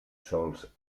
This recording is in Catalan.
sols